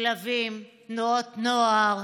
שלבים, תנועות נוער,